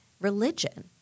Religion